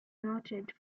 noted